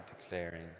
declaring